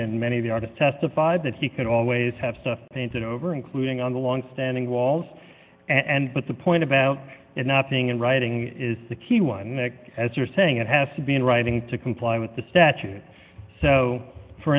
and many of the artist testified that he could always have stuff painted over including on the longstanding walls and but the point about it not being in writing is the key one as you're saying it has to be in writing to comply with the statute so for